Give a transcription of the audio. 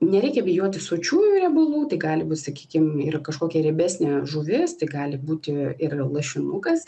nereikia bijoti sočiųjų riebalų tai gali būt sakykim ir kažkokia riebesnė žuvis tai gali būti ir lašinukas